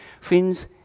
Friends